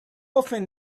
often